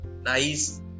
nice